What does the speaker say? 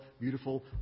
beautiful